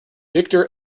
victor